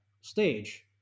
stage